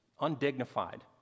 undignified